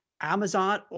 Amazon